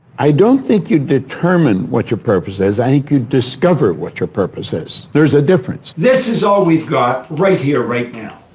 i don't think you determine what your purpose is, i think you discover what your purpose is. there's a difference. this is all we've got, right here, right now.